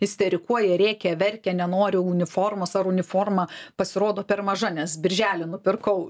isterikuoja rėkia verkia nenori uniformos ar uniforma pasirodo per maža nes birželį nupirkau